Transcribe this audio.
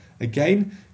Again